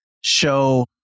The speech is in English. show